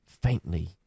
Faintly